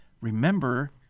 Remember